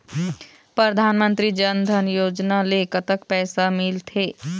परधानमंतरी जन धन योजना ले कतक पैसा मिल थे?